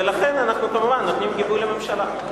ולכן אנחנו כמובן נותנים גיבוי לממשלה.